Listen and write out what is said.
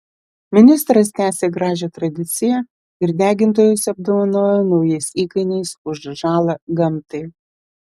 ministras tęsė gražią tradiciją ir degintojus apdovanojo naujais įkainiais už žalą gamtai